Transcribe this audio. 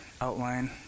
outline